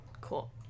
Cool